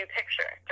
picture